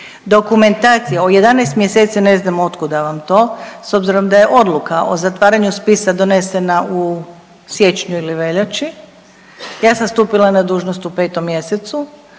Dokumentacija, o 11 mjeseci ne znam otkuda vam to s obzirom da je odluka o zatvaranju spisa donesena u siječnju ili veljači, ja sam stupila na dužnost u 5. mjesecu.